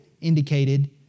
indicated